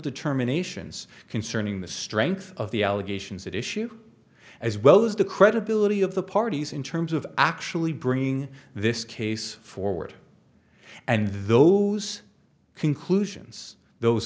determinations concerning the strength of the allegations that issue as well as the credibility of the parties in terms of actually bringing this case forward and those